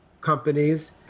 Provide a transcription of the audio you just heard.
companies